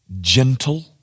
gentle